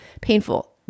painful